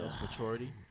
maturity